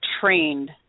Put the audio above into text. trained